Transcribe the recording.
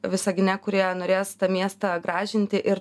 visagine kurie norės tą miestą gražinti ir